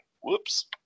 Whoops